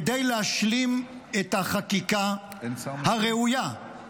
כדי להשלים את החקיקה הראויה,